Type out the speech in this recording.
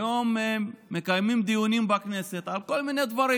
היום מקיימים דיונים בכנסת על כל מיני דברים